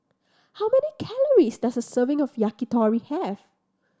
how many calories does a serving of Yakitori have